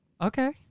Okay